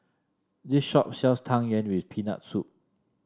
this shop sells Tang Yuen with Peanut Soup